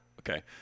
Okay